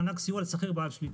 מענק סיוע לשכיר בעל שליטה.